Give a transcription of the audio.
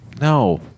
No